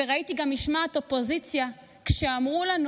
וראיתי גם משמעת אופוזיציה כשאמרו לנו